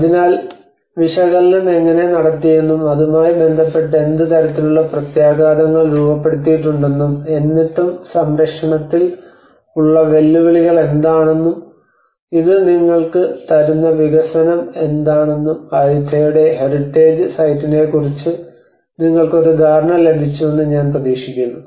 അതിനാൽ വിശകലനം എങ്ങനെ നടത്തിയെന്നും അതുമായി ബന്ധപ്പെട്ട് എന്ത് തരത്തിലുള്ള പ്രത്യാഘാതങ്ങൾ രൂപപ്പെടുത്തിയിട്ടുണ്ടെന്നും എന്നിട്ടും സംരക്ഷണത്തിൽ ഉള്ള വെല്ലുവിളികൾ എന്താണെന്നും ഇത് നിങ്ങൾക്ക് തരുന്ന വികസനം എന്താണെന്നും അയുത്തായയുടെ ഹെറിറ്റേജ് സൈറ്റിനെക്കുറിച്ച് നിങ്ങൾക്ക് ഒരു ധാരണ ലഭിച്ചുവെന്ന് ഞാൻ പ്രതീക്ഷിക്കുന്നു